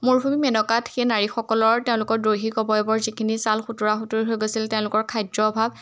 মোৰভূমি মেনকাত সেই নাৰীসকলৰ তেওঁলোকৰ দৈহিক অৱয়বৰ যিখিনি ছাল সুঁতৰা সুঁতৰি হৈ গৈছিল তেওঁলোকৰ খাদ্য অভাৱ